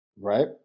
Right